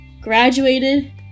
graduated